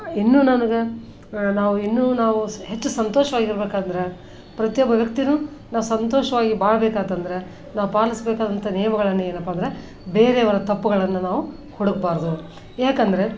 ಇನ್ನು ನನಗೆ ನಾವಿನ್ನೂ ನಾವು ಹೆಚ್ಚು ಸಂತೋಷವಾಗಿರ್ಬೇಕಂದ್ರೆ ಪ್ರತಿಯೊಬ್ಬ ವ್ಯಕ್ತಿಯೂ ನಾವು ಸಂತೋಷವಾಗಿ ಬಾಳಬೇಕಂತಂದ್ರೆ ನಾವು ಪಾಲಿಸಬೇಕಾದಂಥ ನಿಯಮಗಳನ್ನು ಏನಪ್ಪ ಅಂದ್ರೆ ಬೇರೆಯವರ ತಪ್ಪುಗಳನ್ನು ನಾವು ಹುಡುಕಬಾರ್ದು ಯಾಕಂದರೆ